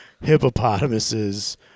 hippopotamuses